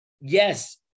yes